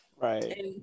Right